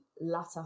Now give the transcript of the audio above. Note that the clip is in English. latter